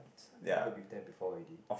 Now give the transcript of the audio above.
we have there before already